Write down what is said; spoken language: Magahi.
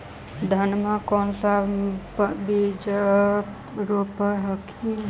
धनमा कौन सा बिजबा रोप हखिन?